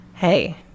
hey